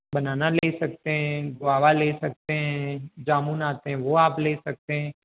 बनाना ले सकते हैं गोआवा ले सकते हैं जामुन आते हैं वह आप ले सकते हैं